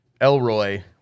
Elroy